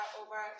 over